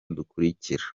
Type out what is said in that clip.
dukurikira